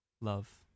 love